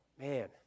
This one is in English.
man